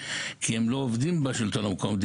כי הם לא עובדים בשלטון המקומי,